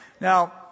Now